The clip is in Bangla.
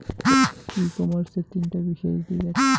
ই কমার্সের তিনটা বিশেষ দিক আছে